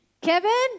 Kevin